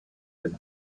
the